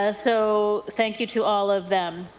ah so thank you to all of them.